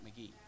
McGee